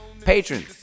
patrons